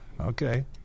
Okay